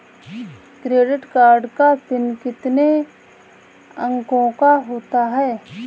Credit card का pin कितने अंकों का होता है?